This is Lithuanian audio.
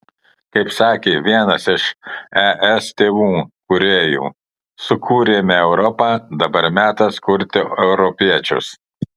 kaip sakė vienas iš es tėvų kūrėjų sukūrėme europą dabar metas kurti europiečius